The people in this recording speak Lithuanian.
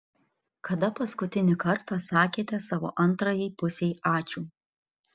kada paskutinį kartą sakėte savo antrajai pusei ačiū